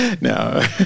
No